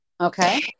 Okay